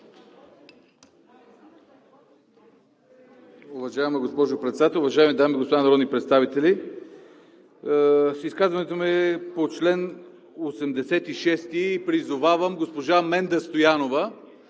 Уважаема госпожо Председател, уважаеми дами и господа народни представители! Изказването ми е по чл. 86. Призовавам госпожа Менда Стоянова